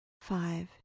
five